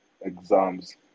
exams